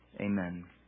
Amen